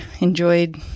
enjoyed